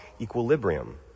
equilibrium